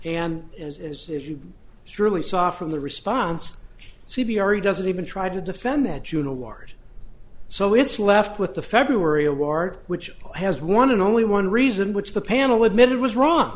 and is as surely saw from the response c b r he doesn't even try to defend that june award so it's left with the february award which has one and only one reason which the panel admitted was wrong